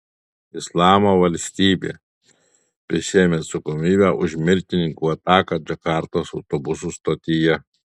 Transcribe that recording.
islamo valstybė prisiėmė atsakomybę už mirtininkų ataką džakartos autobusų stotyje